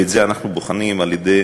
ואת זה אנחנו בוחנים על-ידי